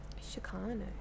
Chicano